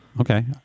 Okay